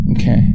Okay